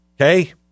Okay